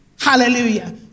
hallelujah